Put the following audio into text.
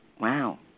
wow